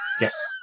Yes